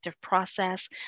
process